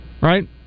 right